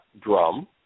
drum